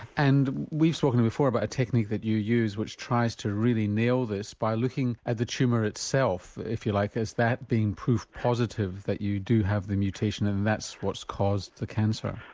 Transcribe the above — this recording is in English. and we were talking before about a technique that you use which tries to really nail this by looking at the tumour itself, if you like, as that being proof positive that you do have the mutation and that's what's caused the cancer.